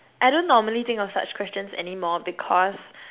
I don't normally think of such questions anymore because